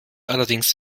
allerdings